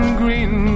green